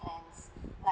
plans like